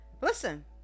listen